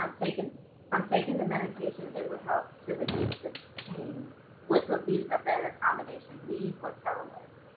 um taken from taking the medication it will help to reduce the pain which would be a better accommodation leave or telework